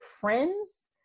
friends